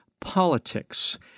politics